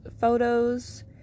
photos